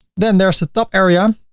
then there's the top area,